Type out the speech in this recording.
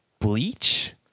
bleach